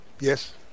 Yes